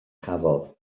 cafodd